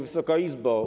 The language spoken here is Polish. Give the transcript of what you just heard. Wysoka Izbo!